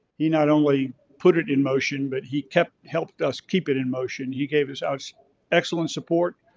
he not only put it in motion, but he kept helped us keep it in motion. he gave us us excellent support,